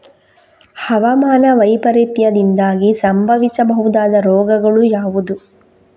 ಹವಾಮಾನ ವೈಪರೀತ್ಯದಿಂದಾಗಿ ಸಂಭವಿಸಬಹುದಾದ ರೋಗಗಳು ಯಾವುದು?